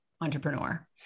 entrepreneur